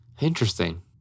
Interesting